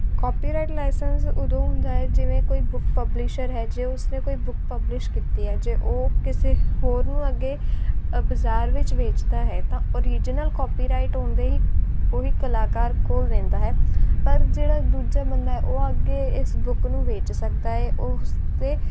copyright licence ਉਦੋਂ ਹੁੰਦਾ ਹੈ ਜਿਵੇਂ ਕੋਈ ਬੁੱਕ ਪਬਲਿਸ਼ਰ ਹੈ ਜੇ ਉਸਨੇ ਕੋਈ ਬੁੱਕ ਪਬਲਿਸ਼ ਕੀਤੀ ਹੈ ਜੇ ਉਹ ਕਿਸੇ ਹੋਰ ਨੂੰ ਅੱਗੇ ਬਾਜ਼ਾਰ ਵਿੱਚ ਵੇਚਦਾ ਹੈ ਤਾਂ ਓਰੀਜਨਲ ਕਾਪੀਰਾਈਟ ਹੁੰਦੇ ਹੀ ਉਹੀ ਕਲਾਕਾਰ ਕੋਲ ਰਹਿੰਦਾ ਹੈ ਪਰ ਜਿਹੜਾ ਦੂਜਾ ਬੰਦਾ ਉਹ ਅੱਗੇ ਇਸ ਬੁੱਕ ਨੂੰ ਵੇਚ ਸਕਦਾ ਹੈ ਉਹ ਉਸਦੇ